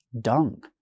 dung